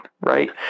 right